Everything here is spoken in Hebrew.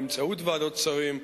באמצעות ועדות שרים,